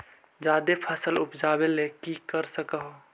जादे फसल उपजाबे ले की कर हो?